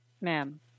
ma'am